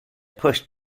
pushed